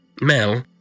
Mel